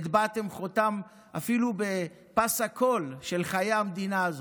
הטבעתם חותם אפילו בפס הקול של חיי המדינה הזו.